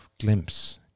glimpse